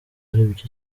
aribyo